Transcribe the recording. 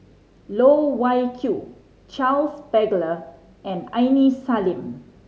Loh Wai Kiew Charles Paglar and Aini Salim